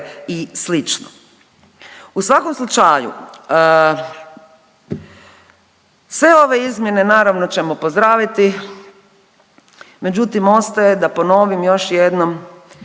i slično. U svakom slučaju sve ove izmjene naravno, ćemo pozdraviti, međutim, ostaje da ponovim još jednom